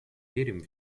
верим